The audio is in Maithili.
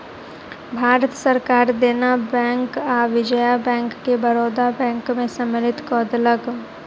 भारत सरकार देना बैंक आ विजया बैंक के बड़ौदा बैंक में सम्मलित कय देलक